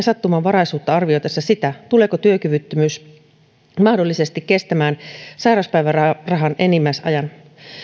sattumanvaraisuutta arvioitaessa sitä tuleeko työkyvyttömyys mahdollisesti kestämään sairauspäivärahan enimmäisajan